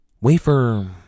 Wafer